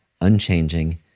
unchanging